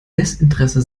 desinteresse